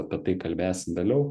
apie tai kalbėsim vėliau